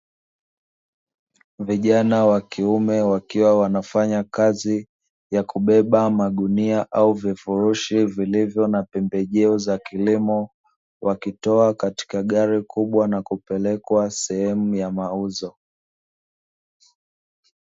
Vijana wa kiume wakiwa wanafanya kazi ya kubeba magunia au vifurushi vilivyo na pembejeo za kilimo, wakitoa katika gari kubwa na kupelekwa sehemu ya mauzo.